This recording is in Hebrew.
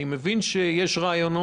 אני רוצה לדעת